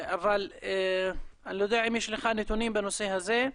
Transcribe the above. אם יש לך נתונים בנושא הזה.